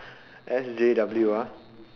S_J_W ah